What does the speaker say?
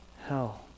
hell